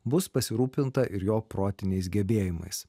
bus pasirūpinta ir jo protiniais gebėjimais